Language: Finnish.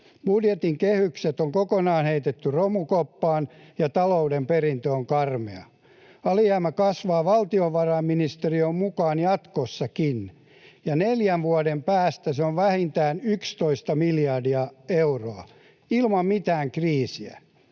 Budjetin kehykset on kokonaan heitetty romukoppaan, ja talouden perintö on karmea. Alijäämä kasvaa valtiovarainministeriön mukaan jatkossakin, ja neljän vuoden päästä se on vähintään 11 miljardia euroa, ilman mitään kriisiä.